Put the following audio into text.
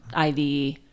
iv